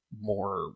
more